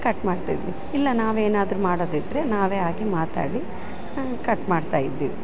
ಕಟ್ಮಾಡ್ತಿದ್ವಿ ಇಲ್ಲ ನಾವೇನಾದರು ಮಾಡೋದಿದ್ದರೆ ನಾವೇ ಆಗಿ ಮಾತಾಡಿ ಕಟ್ಮಾಡ್ತಯಿದ್ವಿ